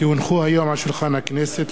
כי הונחו היום על שולחן הכנסת,